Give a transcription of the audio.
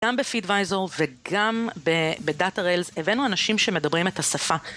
גם בפידוויזור וגם בדאטה ריילס הבאנו אנשים שמדברים את השפה.